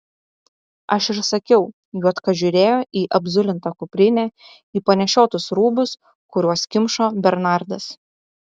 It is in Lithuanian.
aš ir sakiau juodka žiūrėjo į apzulintą kuprinę į panešiotus rūbus kuriuos kimšo bernardas